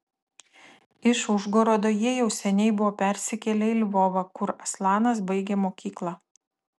iš užgorodo jie jau seniai buvo persikėlę į lvovą kur aslanas baigė mokyklą